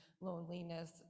loneliness